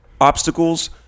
obstacles